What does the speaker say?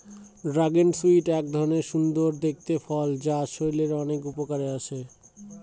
dragon fruit এক ধরনের সুন্দর দেখতে ফল যা শরীরের অনেক উপকারে আসে